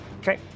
Okay